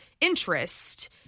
interest